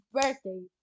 birthday